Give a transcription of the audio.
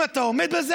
אם אתה עומד בזה,